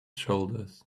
shoulders